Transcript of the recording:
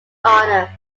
honor